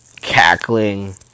cackling